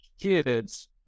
kids